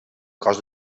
cost